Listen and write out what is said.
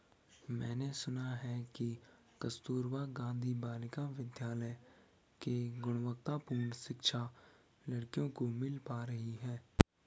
मैंने सुना है कि कस्तूरबा गांधी बालिका विद्यालय से गुणवत्तापूर्ण शिक्षा लड़कियों को मिल पा रही है